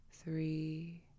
three